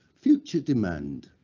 future demand,